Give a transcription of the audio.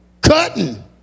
Cutting